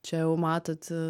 čia jau matot